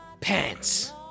pants